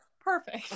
perfect